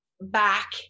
back